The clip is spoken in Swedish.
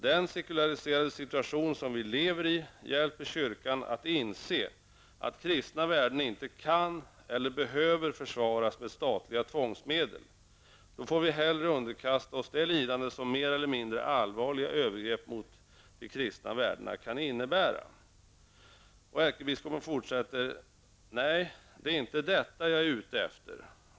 Den sekulariserade situation, som vi lever i, hjälper kyrkan att inse, att kristna värden inte kan eller behöver försvaras med statliga tvångsmedel. Då får vi hellre underkasta oss det lidande som mer eller mindre allvarliga övergrepp mot de kristna värdena kan innebära. Nej, det är inte detta jag är ute efter.